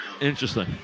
Interesting